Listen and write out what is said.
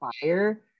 fire